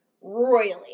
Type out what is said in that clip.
royally